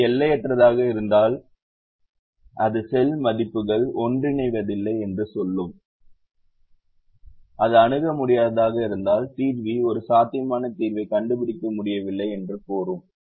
இது எல்லையற்றதாக இருந்தால் அது செல் மதிப்புகள் ஒன்றிணைவதில்லை என்று சொல்லும் அது அணுக முடியாததாக இருந்தால் தீர்வி ஒரு சாத்தியமான தீர்வைக் கண்டுபிடிக்க முடியவில்லை என்று கூறும்